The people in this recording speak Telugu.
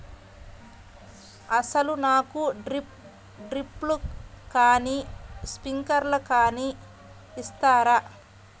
అసలు నాకు డ్రిప్లు కానీ స్ప్రింక్లర్ కానీ ఇస్తారా?